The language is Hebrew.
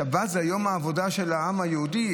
שבת זה יום המנוחה של העם היהודי.